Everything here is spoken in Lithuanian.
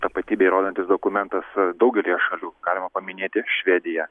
tapatybę įrodantis dokumentas daugelyje šalių galima paminėt ir švediją